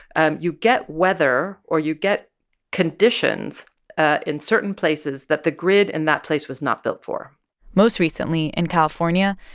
and you get weather or you get conditions ah in certain places that the grid in that place was not built for most recently, in california,